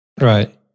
Right